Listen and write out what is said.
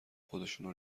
خودشونو